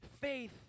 Faith